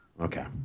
Okay